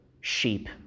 sheep